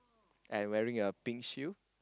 and wearing a pink shoe